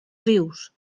vius